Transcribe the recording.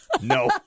no